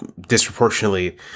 disproportionately